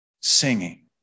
singing